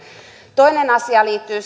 toinen asia liittyy